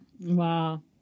Wow